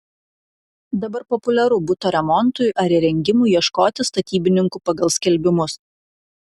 dabar populiaru buto remontui ar įrengimui ieškoti statybininkų pagal skelbimus